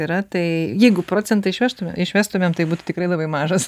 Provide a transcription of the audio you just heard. yra tai jeigu procentą išvežtume išvestumėm tai būtų tikrai labai mažas